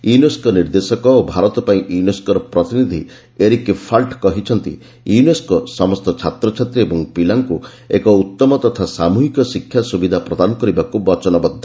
UNESCO ନିର୍ଦ୍ଦେଶକ ଓ ଭାରତ ପାଇଁ ୟୁନେସ୍କୋର ପ୍ରତିନିଧି ଏରିକି ଫାଲ୍ଚ କହିଛନ୍ତି ୟୁନେସ୍କୋ ସମସ୍ତ ଛାତ୍ରଛାତ୍ରୀ ଓ ପିଲାମାନଙ୍କୁ ଏକ ଉତ୍ତମ ତଥା ସାମୁହିକ ଶିକ୍ଷା ସୁବିଧା ପ୍ରଦାନ କରିବାକୁ ବଚନବଦ୍ଧ